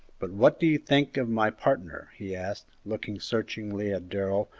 but what do you think of my partner? he asked, looking searchingly at darrell,